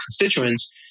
constituents